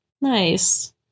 nice